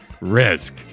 risk